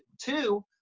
two